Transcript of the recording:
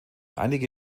einige